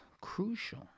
crucial